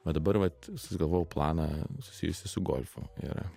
va dabar vat susigalvojau planą susijusį su golfu ir